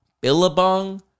Billabong